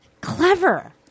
clever